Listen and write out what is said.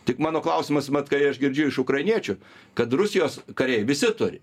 tik mano klausimas mat kai aš girdžiu iš ukrainiečių kad rusijos kariai visi turi